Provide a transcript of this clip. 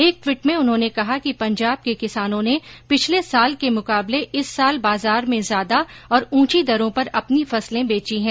एक टवीट में उन्होंने कहा कि पंजाब के किसानों ने पिछले साल के मुकाबले इस साल बाजार में ज्यादा और ऊंची दरों पर अपनी फसलें बेची हैं